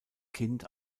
kind